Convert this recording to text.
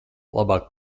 labāk